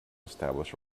establish